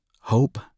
hope